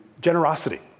generosity